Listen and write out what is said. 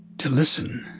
to listen,